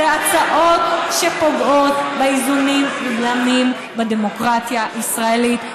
אלה הצעות שפוגעות באיזונים ובבלמים של הדמוקרטיה הישראלית.